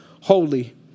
holy